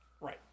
Right